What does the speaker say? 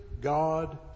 God